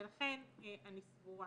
לכן, אני סבורה